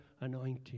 anointing